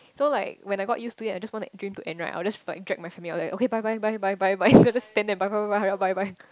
so like when I got used to it I just want the dream to end right I'll just like drag my family out like okay bye bye bye bye bye bye then I'll stand there and bye bye bye hurry up bye bye